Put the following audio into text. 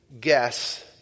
guess